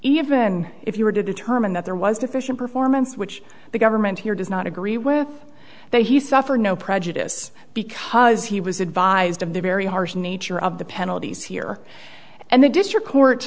even if you were to determine that there was deficient performance which the government here does not agree with that he suffered no prejudice because he was advised of the very harsh nature of the penalties here and the district court